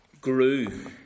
grew